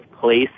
place